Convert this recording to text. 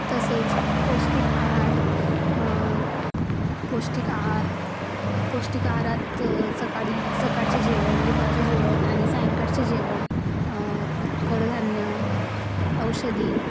तसेच पौष्टिक आहार पौष्टिक आहार पौष्टिक आहारात सकाळी सकाळचे जेवण दुपारचे जेवण आणि सायंकाळचे जेवण कडधान्य औषधी